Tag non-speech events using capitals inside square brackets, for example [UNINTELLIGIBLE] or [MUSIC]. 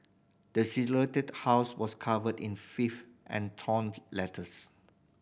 the [UNINTELLIGIBLE] house was covered in filth and torn letters